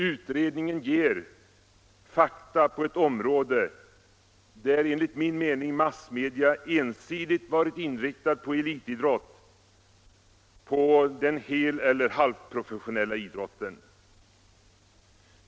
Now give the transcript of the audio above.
Utredningen ger fakta på ett område där massmedia enligt min mening ensidigt varit inriktade på elitidrott, på den heleller halvprofessionella idrotten.